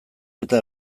eta